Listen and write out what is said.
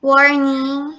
Warning